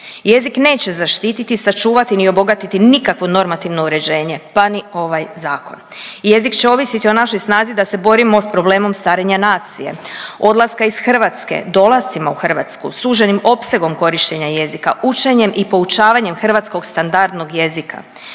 Jezik neće zaštititi, sačuvati ni obogatiti nikakvo normativno uređenje pa ni ovaj zakon. Jezik će ovisiti o našoj snazi da se borimo sa problemom starenja nacije, odlaska iz Hrvatske, dolascima u Hrvatsku, suženim opsegom korištenja jezika, učenjem i poučavanjem hrvatskog standardnog jezika.